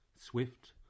Swift